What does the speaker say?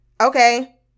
okay